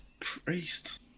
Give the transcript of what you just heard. Christ